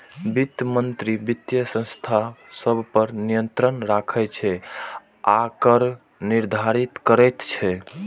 वित्त मंत्री वित्तीय संस्था सभ पर नियंत्रण राखै छै आ कर निर्धारित करैत छै